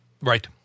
Right